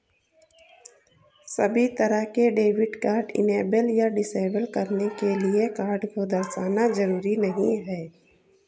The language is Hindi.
सभी तरह के डेबिट कार्ड इनेबल या डिसेबल करने के लिये कार्ड को दर्शाना जरूरी नहीं है